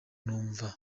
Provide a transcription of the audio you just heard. numva